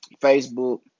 Facebook